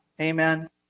Amen